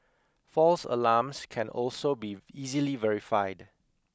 false alarms can also be easily verified